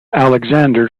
alexander